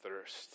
thirst